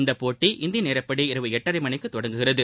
இப்போட்டி இந்திய நேரப்படி இரவு எட்டரை மணிக்கு தொடங்குகிறது